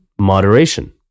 moderation